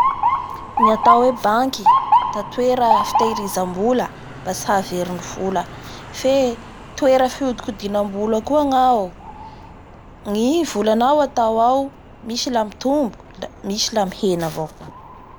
Ny atao hoe banky da toera fitahirizam-bola mba tsy haha very ny vola, fe toera fiodikodin'ambola koa ny ao, gny volanao atao ao misy la mitombo misy la mihena avao koa.